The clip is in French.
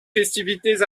festivités